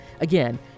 Again